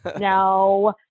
no